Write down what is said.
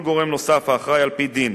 וכל גורם נוסף האחראי על-פי דין